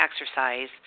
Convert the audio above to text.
exercise